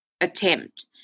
attempt